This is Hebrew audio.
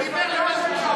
בוודאי שהקשבתי.